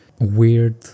weird